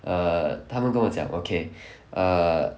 err 他们跟我讲 okay err